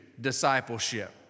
discipleship